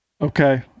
Okay